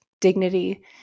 dignity